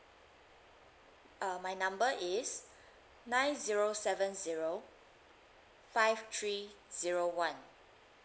uh my number is nine zero seven zero five three zero one